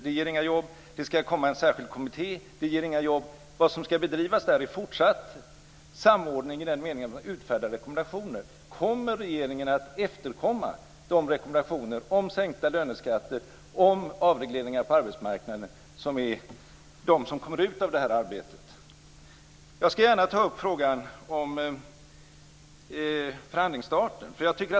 Det ger inga jobb. Det skall komma en särskild kommitté. Det ger inga jobb. Vad som i stället skall bedrivas är fortsatt samordning i den meningen att man utfärdar rekommendationer. Kommer regeringen att efterkomma de rekommendationer om sänkta löneskatter och om avregleringar på arbetsmarknaden som blir resultatet av det här arbetet? Jag skall gärna ta upp frågan om förhandlingsstarten.